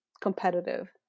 competitive